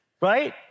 Right